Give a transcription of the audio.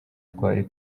twari